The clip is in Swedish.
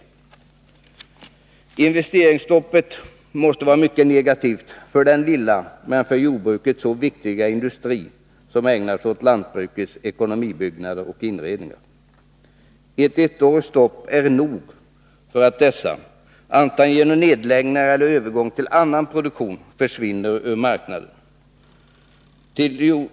Investeringsstoppet måste vara mycket negativt för den lilla men för jordbruket så viktiga industri som ägnar sig åt lantbrukets ekonomibyggnader och inredningar. Ett ettårigt stopp är nog för att dessa företag antingen genom nedläggningar eller övergång till annan produktion försvinner ur marknaden.